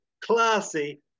classy